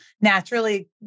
naturally